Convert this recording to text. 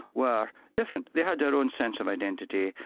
were different. they had their own sense of identity,